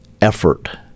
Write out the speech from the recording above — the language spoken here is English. effort